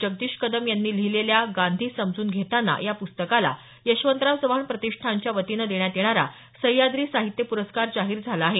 जगदीश कदम यांनी लिहिलेल्या गांधी समजून घेताना या प्स्तकाला यशवंतराव चव्हाण प्रतिष्ठानच्या वतीनं देण्यात येणारा सह्याद्री साहित्य प्रस्कार जाहीर झाला आहे